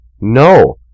No